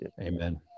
Amen